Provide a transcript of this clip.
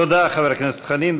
תודה, חבר הכנסת חנין.